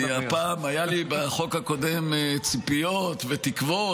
היו לי בחוק הקודם ציפיות ותקוות.